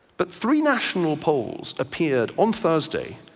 but three national polls appeared on thursday